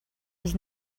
was